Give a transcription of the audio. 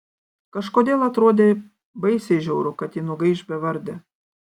kažkodėl atrodė baisiai žiauru kad ji nugaiš bevardė